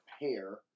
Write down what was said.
hair